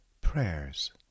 Prayers